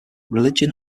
religion